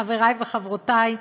חברי וחברותי,